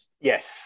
Yes